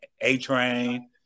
A-Train